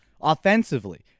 Offensively